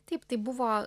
taip tai buvo